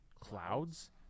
clouds